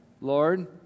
Lord